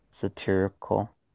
Satirical